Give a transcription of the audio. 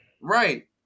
Right